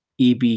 EB